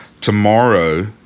tomorrow